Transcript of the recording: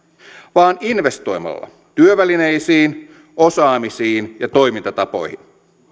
vaan investoimalla työvälineisiin osaamisiin ja toimintatapoihin